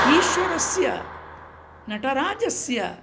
ईश्वरस्य नटराजस्य